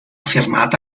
fermata